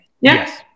Yes